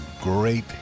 great